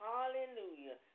Hallelujah